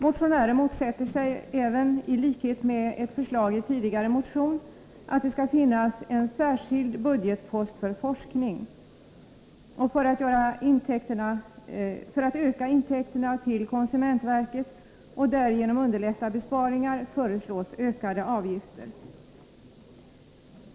Motionärerna motsätter sig även, i likhet med vad som anförts i en tidigare motion, att det skall finnas en särskild budgetpost för forskning. För att öka intäkterna för konsumentverket och därigenom underlätta besparingar föreslås ökade avgifter.